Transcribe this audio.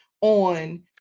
on